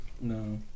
No